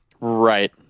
right